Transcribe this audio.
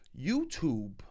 YouTube